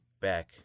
back